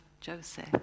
Joseph